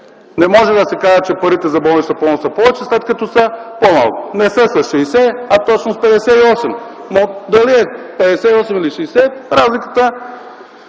Не може да се каже, че парите за болнична помощ са повече, след като са по-малко. Не са с 60, а точно с 58, но дали е 58 или 60, разликата